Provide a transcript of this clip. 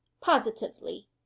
Positively